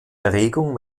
erregung